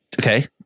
okay